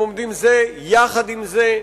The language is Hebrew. הם עומדים זה יחד עם זה.